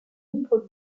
nombreux